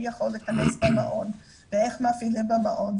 יכולת להכנס למעון ואיך מפעילים במעון,